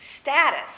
status